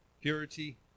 purity